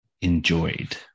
enjoyed